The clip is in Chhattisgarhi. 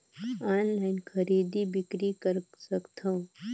ऑनलाइन खरीदी बिक्री कर सकथव?